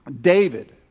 David